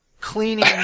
cleaning